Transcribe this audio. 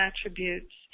attributes